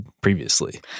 previously